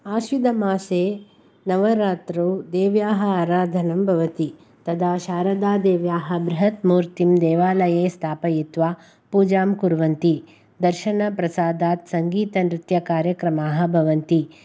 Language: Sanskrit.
आश्वयुजमासे नवरात्रे देव्याः आराधनं भवति तदा शारदादेव्याः बृहत् मूर्तिं देवालये स्थापयित्वा पूजां कुर्वन्ति दर्शनप्रसादात् सङ्गीतनृत्यकार्यक्रमाः भवन्ति